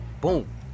Boom